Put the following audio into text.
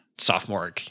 sophomore